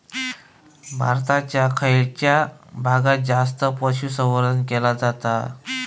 भारताच्या खयच्या भागात जास्त पशुसंवर्धन केला जाता?